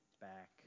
back